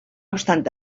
obstant